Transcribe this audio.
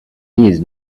needs